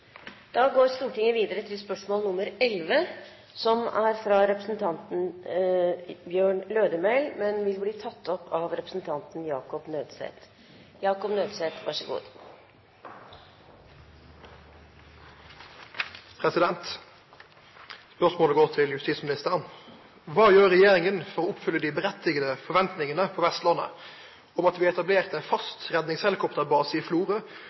Da går vi til spørsmål 11. Dette spørsmålet, fra Bjørn Lødemel til justisministeren, vil bli tatt opp av representanten Jacob Nødseth. Spørsmålet går til justisministeren: «Kva gjer regjeringa for å oppfylle dei rettkomne lokale forventningane på Vestlandet om at det blir etablert ein fast redningshelikopterbase i Florø,